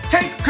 Take